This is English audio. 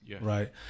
right